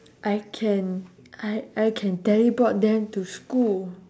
I can I I can teleport them to school